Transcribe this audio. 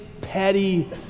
petty